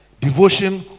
Devotion